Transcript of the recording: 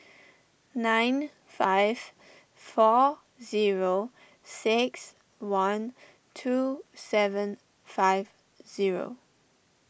nine five four zero six one two seven five zero